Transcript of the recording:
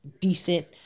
decent